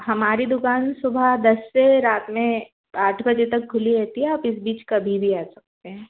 हमारी दुकान सुबह दस से रात में आठ बजे तक खुली रहती है आप इस बीच कभी भी आ सकते हैं